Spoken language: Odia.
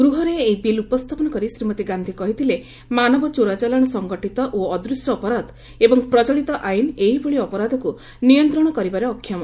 ଗୃହରେ ଏହି ବିଲ୍ ଉପସ୍ଥାପନ କରି ଶ୍ରୀମତୀ ଗାନ୍ଧି କହିଥିଲେ ମାନବ ଚୋରା ଚାଲାଣ ସଂଗଠିତ ଓ ଅଦୃଶ୍ୟ ଅପରାଧ ଏବଂ ପ୍ରଚଳିତ ଆଇନ୍ ଏହି ଭଳି ଅପରାଧକୁ ନିୟନ୍ତ୍ରଣ କରିବାରେ ଅକ୍ଷମ